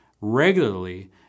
regularly